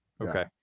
Okay